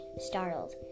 startled